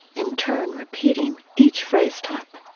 in turn repeating each phrase type.